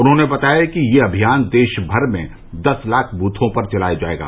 उन्होंने बताया कि यह अभियान देशभर में दस लाख बूथों पर चलाया जायेगा